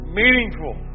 meaningful